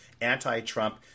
anti-Trump